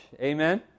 Amen